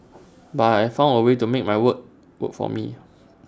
but I found A way to make my weight work for me